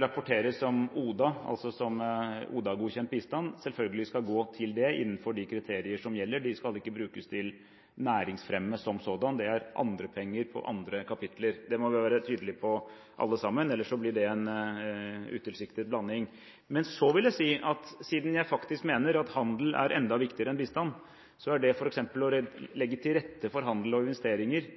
rapporteres som ODA-godkjent bistand, selvfølgelig skal gå til det, innenfor de kriterier som gjelder. De skal ikke brukes til næringsfremme som sådan – det er andre penger på andre kapitler. Det må vi være tydelige på alle sammen, ellers blir det en utilsiktet blanding. Men så vil jeg si at siden jeg faktisk mener at handel er enda viktigere enn bistand, er det f.eks. å legge til rette for handel og investeringer